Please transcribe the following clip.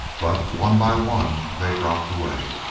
but one by one they dropped away.